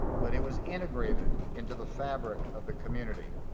but it was integrated into the fabric of the community.